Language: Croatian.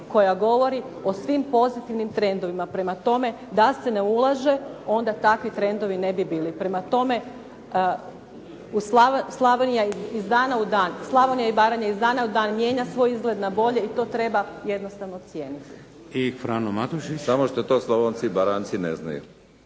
koja govori o svim pozitivnim trendovima. Prema tome da se ne ulaže onda takvi trendovi ne bi bili. Prema tome u, Slavonija iz dana u dan, Slavonija i Baranja iz dana u dan mijenja svoj izgled na bolje i to treba jednostavno cijeniti. **Šeks, Vladimir (HDZ)** I Frano Matušić. … /Upadica: Samo što to Slavonci i Baranjci ne znaju./